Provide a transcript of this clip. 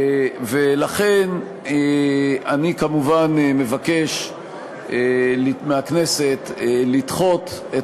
לכן אני כמובן מבקש מהכנסת לדחות את